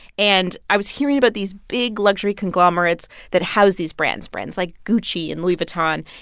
and i was hearing about these big luxury conglomerates that house these brands, brands like gucci and louis vuitton.